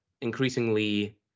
increasingly